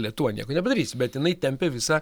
lietuvoj nieko nepadarysi bet jinai tempia visą